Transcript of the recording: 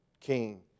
king